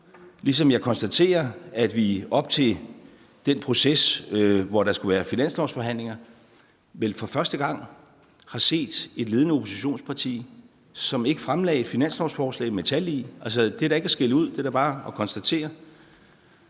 ligesom jeg konstaterer, at vi op til den proces, hvor der skulle være finanslovsforhandlinger, vel for første gang har set et ledende oppositionsparti, som ikke har fremlagt et finanslovsforslag med tal i. Altså, det er da ikke at skælde ud, det er da bare at konstatere.